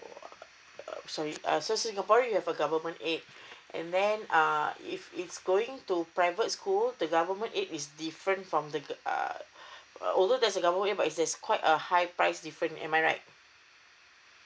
uh sorry uh so singapore you have a government aid and then uh if it's going to private school the government aid is different from the uh uh although there is government aid but that is quite a high price difference am I right